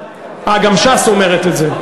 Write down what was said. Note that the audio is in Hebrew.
אה, גם ש"ס אומרת את זה.